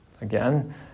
again